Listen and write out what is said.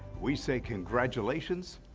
we say congratulations.